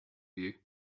view